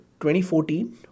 2014